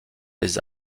des